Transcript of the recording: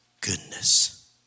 goodness